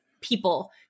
people